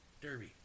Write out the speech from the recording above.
Derby